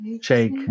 shake